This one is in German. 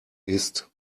ist